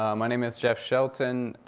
um my name is geoff shelton.